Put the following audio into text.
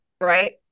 right